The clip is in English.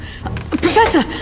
Professor